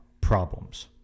problems